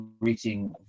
reaching